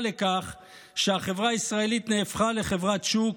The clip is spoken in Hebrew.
לכך שהחברה הישראלית נהפכה לחברת שוק,